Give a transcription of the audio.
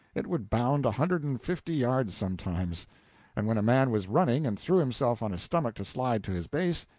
it would bound a hundred and fifty yards sometimes. and when a man was running, and threw himself on his stomach to slide to his base,